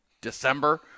December